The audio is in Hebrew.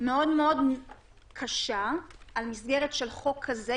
מאוד מאוד קשה על מסגרת של חוק כזה,